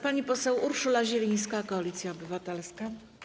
Pani poseł Urszula Zielińska, Koalicja Obywatelska.